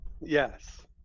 yes